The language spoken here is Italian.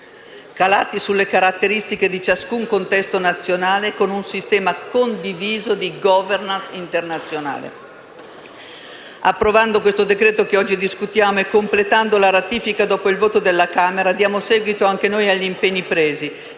calati sulle caratteristiche di ciascun contesto nazionale e con un sistema condiviso di *governance* internazionale. Approvando il disegno di legge oggi in discussione e completando la ratifica dopo il voto della Camera dei deputati, diamo seguito anche noi agli impegni presi,